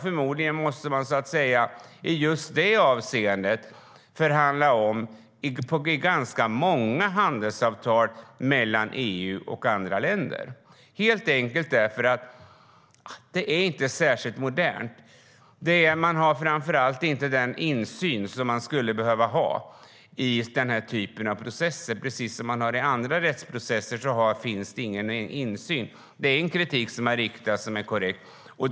Förmodligen måste man just i detta avseende förhandla om ganska många handelsavtal mellan EU och andra länder, helt enkelt därför att det inte är särskilt modernt. Man har framför allt inte den insyn som man skulle behöva ha i denna typ av processer. Det finns ingen insyn som i andra rättsprocesser. Det är en kritik som har riktats och som är korrekt.